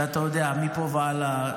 ואתה יודע, מפה והלאה,